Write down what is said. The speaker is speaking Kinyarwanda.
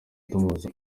tumubaza